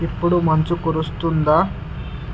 ఇప్పుడు మంచు కురుస్తుందా